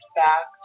back